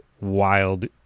wild